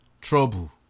trouble